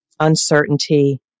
uncertainty